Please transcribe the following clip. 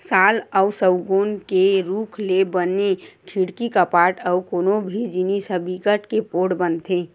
साल अउ सउगौन के रूख ले बने खिड़की, कपाट अउ कोनो भी जिनिस ह बिकट के पोठ बनथे